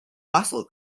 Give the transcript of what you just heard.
muscle